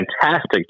fantastic